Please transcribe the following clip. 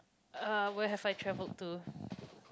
uh where have I travelled to